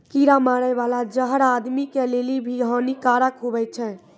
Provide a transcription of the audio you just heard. कीड़ा मारै बाला जहर आदमी के लेली भी हानि कारक हुवै छै